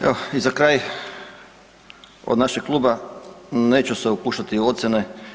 Evo i za kraj od našeg Kluba neću se upuštati u ocjene.